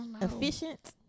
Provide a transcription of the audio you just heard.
efficient